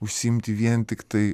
užsiimti vien tiktai